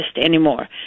anymore